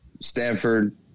Stanford